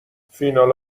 فینال